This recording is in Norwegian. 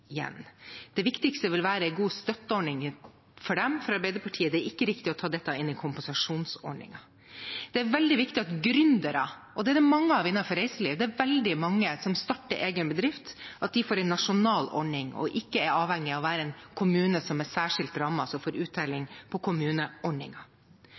igjen. Det viktigste vil være gode støtteordninger for dem. For Arbeiderpartiet er det ikke riktig å ta dette inn i kompensasjonsordningen. Det er veldig viktig at gründere – og det er det mange av innenfor reiseliv, det er veldig mange som starter egen bedrift – får en nasjonal ordning og ikke er avhengig av å være i en kommune som er særskilt rammet, som får